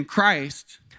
Christ